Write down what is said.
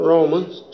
Romans